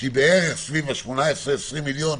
שהיא בערך סביב ה-18-20 מיליון,